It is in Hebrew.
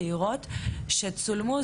הן צולמו בתחנת האוטובוס,